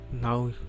Now